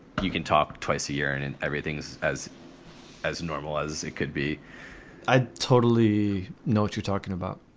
you can talk twice a year and and everything's as as normal as it could be i totally know what you're talking about.